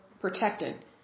protected